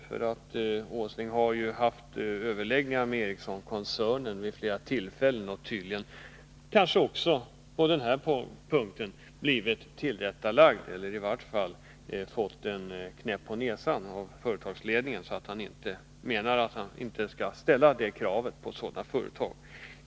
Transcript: Nils Åsling har ju vid flera tillfällen haft överläggningar med L M Ericsson-koncernen och tydligen också på denna punkt blivit tillrättavisad eller i varje fall fått en knäpp på näsan av företagsledningen, så att han förstår att han inte skall ställa sådana krav på företaget.